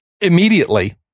Immediately